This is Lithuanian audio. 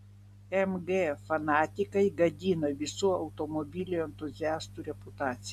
mg fanatikai gadina visų automobilių entuziastų reputaciją